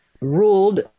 ruled